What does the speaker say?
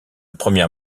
première